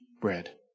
bread